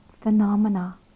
phenomena